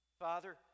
Father